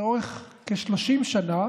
שלאורך כ-30 שנה